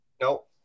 Nope